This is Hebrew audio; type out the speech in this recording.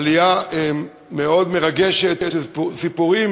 עלייה מאוד מרגשת, סיפורים